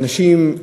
אנשים,